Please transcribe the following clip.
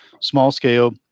small-scale